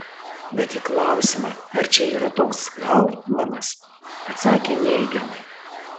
bet į klausimą ar čia yra toks hauptmanas atsakė neigiamai